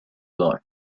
life